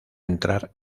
entrar